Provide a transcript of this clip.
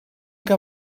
que